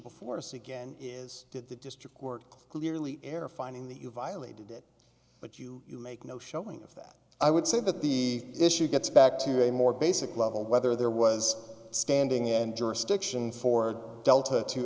before us again is did the district work clearly air finding that you violated it but you make no showing of that i would say that the issue gets back to a more basic level whether there was standing in jurisdiction for delta to